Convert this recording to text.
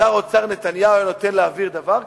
שר האוצר נתניהו הוא היה נותן להעביר דבר כזה?